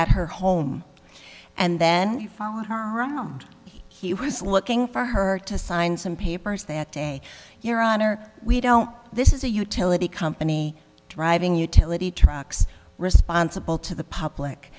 at her home and then followed her around he was looking for her to sign some papers that day your honor we don't this is a utility company driving utility trucks responsible to the public